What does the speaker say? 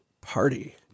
party